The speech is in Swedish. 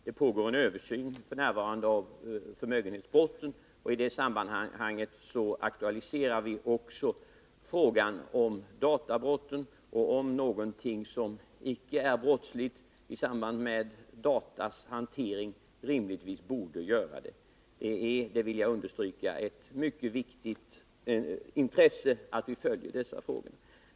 Det pågår f.n. en översyn av förmögenhetsbrotten, och i det sammanhanget aktualiserar vi också frågan om databrotten och frågan om huruvida någonting i samband med datahanteringen som icke är brottsligt rimligtvis borde vara det. Jag vill understryka att det är av mycket stor vikt att vi följer dessa frågor.